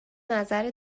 نظر